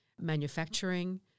manufacturing